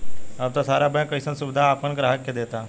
अब त सारा बैंक अइसन सुबिधा आपना ग्राहक के देता